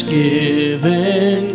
given